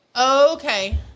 Okay